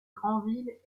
granville